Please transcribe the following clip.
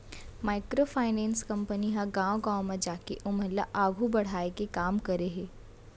micro finance company ह गाँव गाँव म जाके ओमन ल आघू बड़हाय के काम करे हे